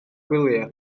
gwyliau